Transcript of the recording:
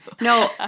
No